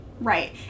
Right